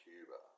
Cuba